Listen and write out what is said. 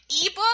ebook